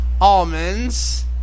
almonds